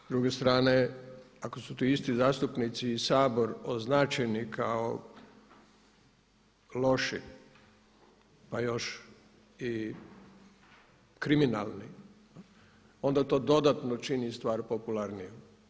S druge strane ako su to isti zastupnici i Sabor označeni kao loši, pa još i kriminalni, onda to dodatno čini stvar popularnijom.